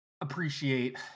appreciate